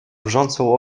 wrzącą